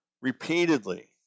repeatedly